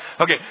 Okay